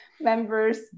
members